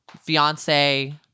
fiance